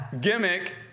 Gimmick